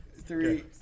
three